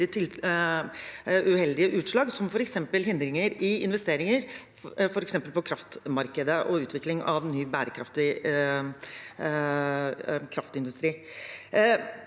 utslag, som f.eks. hindringer i investeringer i kraftmarkedet og utvikling av ny bærekraftig kraftindustri.